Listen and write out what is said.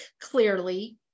clearly